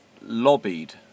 lobbied